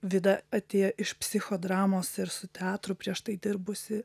vida atėjo iš psichodramos ir su teatru prieš tai dirbusi